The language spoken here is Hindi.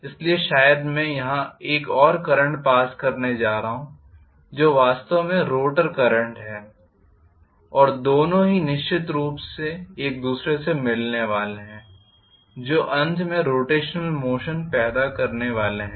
इसलिए शायद मैं यहां एक और करंट पास करने जा रहा हूं जो वास्तव में रोटर करंट है और दोनों ही निश्चित रूप से एक दूसरे के मिलने वाले हैं जो अंत में रोटेशनल मोशन पैदा करने वाले है